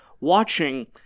Watching